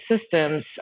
systems